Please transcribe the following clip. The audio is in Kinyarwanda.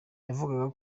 yavugaga